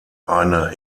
eine